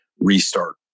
restart